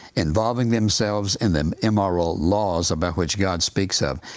involving themselves in the immoral laws about which god speaks of,